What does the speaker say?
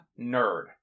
nerd